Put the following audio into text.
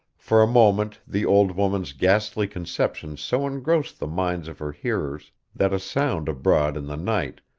for a moment, the old woman's ghastly conception so engrossed the minds of her hearers that a sound abroad in the night,